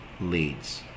leads